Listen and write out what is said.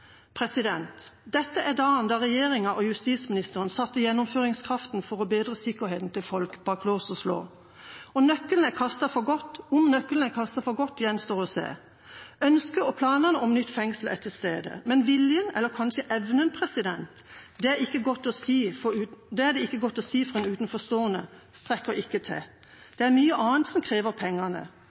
Dette er dagen regjeringa og justisministeren setter gjennomføringskraften for å bedre sikkerheten til folk bak lås og slå. Om nøkkelen er kastet for godt, gjenstår å se. Ønsket og planene om nytt fengsel er til stede, men viljen, eller kanskje evnen – det er det ikke godt å si for utenforstående – strekker ikke til. Det er mye annet som krever pengene